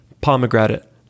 pomegranate